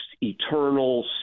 eternal